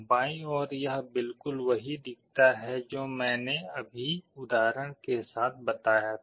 बाईं ओर यह बिल्कुल वही दिखाता है जो मैंने अभी उदाहरण के साथ बताया था